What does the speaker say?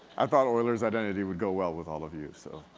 i thought euler's identity would go well with all of you. so